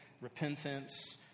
repentance